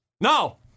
No